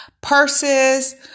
purses